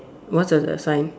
what's your other sign